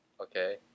Okay